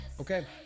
Okay